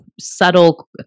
subtle